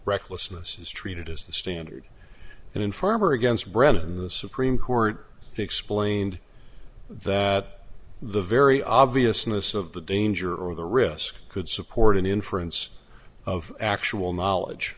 recklessness is treated as the standard and infirm are against brenin the supreme court explained that the very obviousness of the danger or the risk could support an inference of actual knowledge